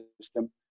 system